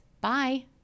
Bye